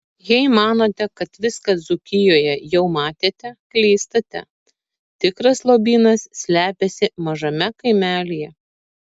jei manote kad viską dzūkijoje jau matėte klystate tikras lobynas slepiasi mažame kaimelyje